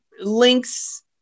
links